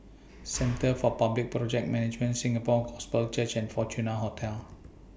Centre For Public Project Management Singapore Gospel Church and Fortuna Hotel